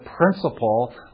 principle